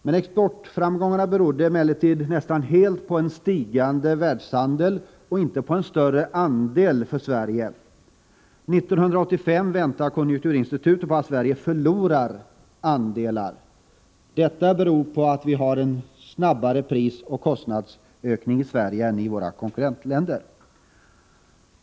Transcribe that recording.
Men exportframgångarna berodde nästan helt på en stigande världshandel och inte på en större marknadsandel för Sverige. 1985 väntar konjunkturinstitutet att Sverige kommer att förlora andelar. Detta beror på att vi har en snabbare prisoch kostnadsökning än våra konkurrentländer.